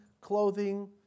clothing